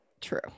True